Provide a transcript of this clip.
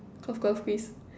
cough cough please